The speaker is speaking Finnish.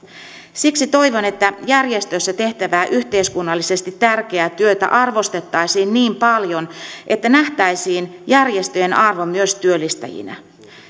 siksi toivon että järjestöissä tehtävää yhteiskunnallisesti tärkeää työtä arvostettaisiin niin paljon että nähtäisiin järjestöjen arvo myös työllistäjinä